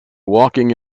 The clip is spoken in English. walking